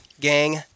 gang